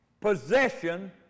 possession